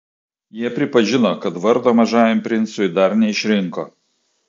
jie pripažino kad vardo mažajam princui dar neišrinko